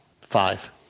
five